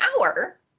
hour